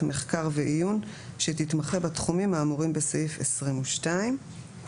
בדיון הקודם הפסקנו בסעיף 13 שעכשיו הפך להיות סעיף 9 אחרי